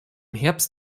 herbst